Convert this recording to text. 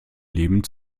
leben